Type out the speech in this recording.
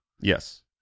Yes